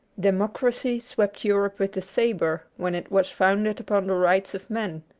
democracy swept europe with the sabre when it was founded upon the rights of man.